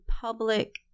public